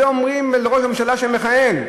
את זה אומרים לראש ממשלה מכהן.